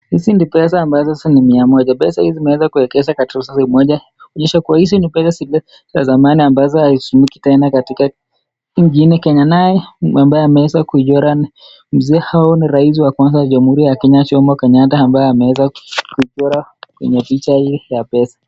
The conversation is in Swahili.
Hizi ni pesa ambazo ni mia moja, pesa hizi zimeeza kuekezwa pamoja, kuonyesha kuwa hizi ni pesa zile za zamani ambayo haitumiki tena katika nchini Kenya, nae ambaye ameeza kuchorwa, mzee huyo ni rais wa kwanza Jomo Kenyata, ambaye ameeza kuchorwa kwenye picha hii ya pesa.